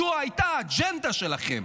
זו הייתה האג'נדה שלכם,